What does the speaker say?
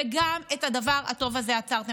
וגם את הדבר הטוב הזה עצרתם.